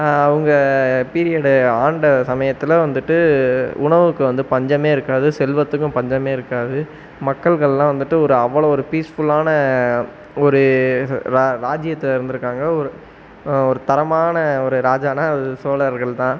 அவங்க பீரியடு ஆண்ட சமயத்தில் வந்துவிட்டு உணவுக்கு வந்து பஞ்சம் இருக்காது செல்வத்துக்கும் பஞ்சம் இருக்காது மக்கள்கள்லாம் வந்துவிட்டு ஒரு அவ்வளோ ஒரு பீஸ்ஃபுல்லான ஒரு ராஜ்யத்தில் இருந்திருக்காங்க ஒரு ஒரு தரமான ஒரு ராஜானா அது சோழர்கள் தான்